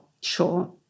Sure